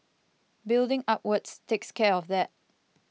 building upwards takes care of that